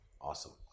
Awesome